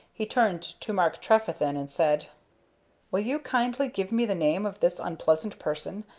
he turned to mark trefethen and said will you kindly give me the name of this unpleasant person,